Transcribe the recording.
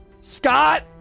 scott